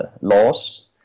laws